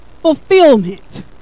fulfillment